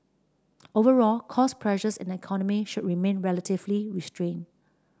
overall cost pressures in the economy should remain relatively restrained